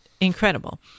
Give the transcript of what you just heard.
incredible